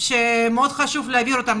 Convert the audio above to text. שמאוד חשוב להבהיר אותן,